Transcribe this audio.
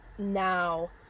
Now